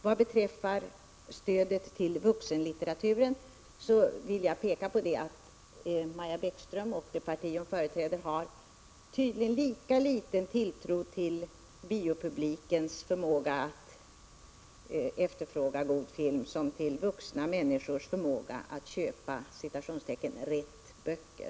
Vad beträffar stödet till vuxenlitteraturen vill jag peka på att Maja Bäckström och det parti hon företräder tydligen har lika litet tilltro till biopublikens förmåga att efterfråga god film som till vuxna människors förmåga att köpa ”rätt” böcker.